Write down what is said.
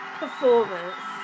performance